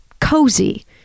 cozy